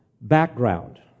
background